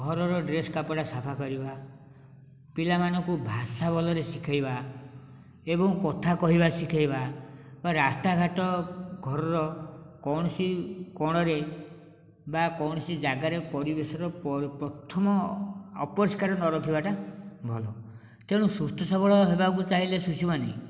ଘରର ଡ୍ରେସ୍ କପଡ଼ା ସଫା କରିବା ପିଲାମାନଙ୍କୁ ଭାଷା ଭଲରେ ଶିଖେଇବା ଏବଂ କଥା କହିବା ଶିଖେଇବା ରାସ୍ତାଘାଟ ଘରର କୌଣସି କୋଣରେ ବା କୌଣସି ଜାଗାରେ ପରିବେଶର ପ୍ରଥମ ଅପରିଷ୍କାର ନରଖିବା ଟା ଭଲ ତେଣୁ ସୁସ୍ଥ ସବଳ ହେବାକୁ ଚାହିଁଲେ ଶିଶୁମାନେ